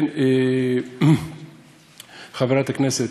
חברת הכנסת,